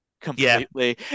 completely